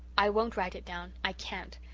i won't write it down i can't.